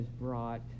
brought